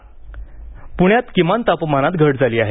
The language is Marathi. हवामान प्ण्यात किमान तापमानात घट झाली आहे